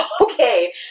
Okay